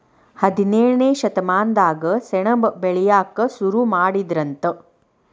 ಹದಿನೇಳನೇ ಶತಮಾನದಾಗ ಸೆಣಬ ಬೆಳಿಯಾಕ ಸುರು ಮಾಡಿದರಂತ